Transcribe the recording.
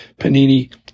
Panini